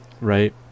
Right